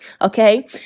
okay